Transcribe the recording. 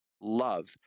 love